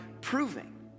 proving